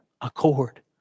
accord